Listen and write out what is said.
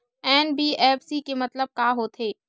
NBFC के मतलब का होथे?